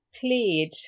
played